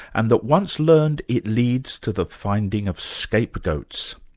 and that once learned, it leads to the finding of scapegoats.